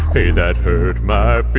hey, that hurt my